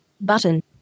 Button